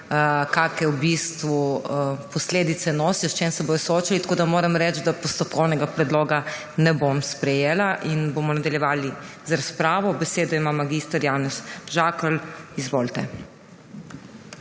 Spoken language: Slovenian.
kakšne posledice nosijo, s čim se bodo soočali, tako da moram reči, da postopkovnega predloga ne bom sprejela in bomo nadaljevali z razpravo. Besedo ima mag. Janez Žakelj. Izvolite.